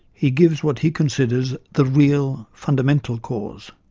he gives what he considers the real, fundamental cause